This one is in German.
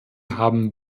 haben